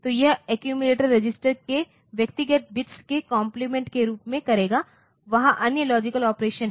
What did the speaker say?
तो यह accumulator register के व्यक्तिगत बिट्स के कॉम्प्लीमेंट के रूप में करेगा वहां अन्य लॉजिकल ऑपरेशन है